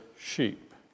sheep